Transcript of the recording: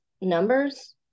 numbers